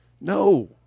No